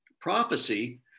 Prophecy